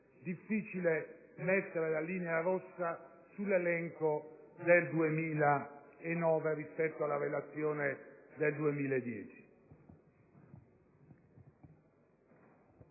difficile mettere la linea rossa sull'elenco del 2009 rispetto alla Relazione del 2010,